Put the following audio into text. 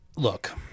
Look